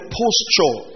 posture